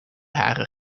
haren